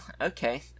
Okay